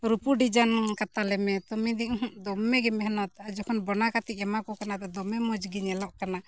ᱨᱩᱯᱩ ᱠᱟᱛᱟᱞ ᱞᱮ ᱢᱮ ᱛᱳ ᱢᱮᱱᱮᱫᱟᱹᱧ ᱫᱚᱢᱮ ᱜᱮ ᱢᱮᱦᱱᱚᱛ ᱡᱚᱠᱷᱚᱱ ᱵᱮᱱᱟᱣ ᱠᱟᱛᱮᱫ ᱤᱧ ᱮᱢᱟ ᱠᱚ ᱠᱟᱱᱟ ᱫᱚᱢᱮ ᱢᱚᱡᱽ ᱜᱮ ᱧᱮᱞᱚᱜ ᱠᱟᱱᱟ